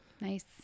Nice